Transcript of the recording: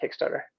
Kickstarter